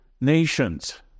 nations